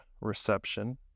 reception